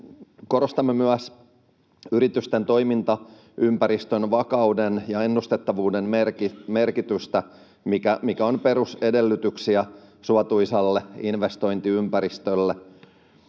Korostamme myös yritysten toimintaympäristön vakauden ja ennustettavuuden merkitystä, mikä on perusedellytyksiä suotuisalle investointiympäristölle.